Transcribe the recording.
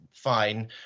fine